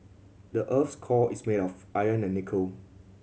the earth's core is made of iron and nickel